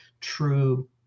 true